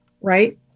right